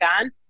on